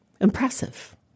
impressive